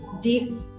deep